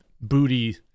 booty